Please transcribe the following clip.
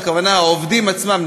הכוונה לעובדים עצמם,